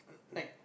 like